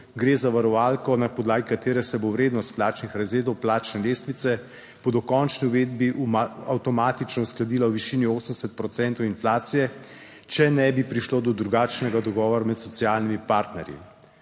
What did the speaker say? Gre za varovalko, na podlagi katere se bo vrednost plačnih razredov plačne lestvice po dokončni uvedbi avtomatično uskladila v višini 80 procentov inflacije, če ne bi prišlo do drugačnega dogovora med socialnimi partnerji,